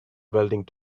welding